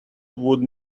would